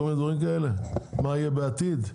מה יהיה בעתיד.